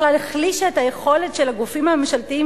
בכלל החלישה את היכולת של הגופים הממשלתיים